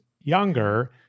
younger